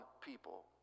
people